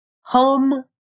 home